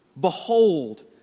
Behold